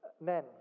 Men